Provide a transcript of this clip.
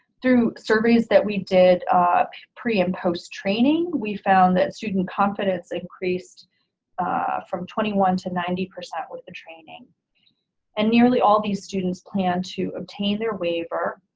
through surveys that we did pre and post-training, we found that student confidence increased from twenty one to ninety percent with the training and nearly all these students plan to obtain their waiver,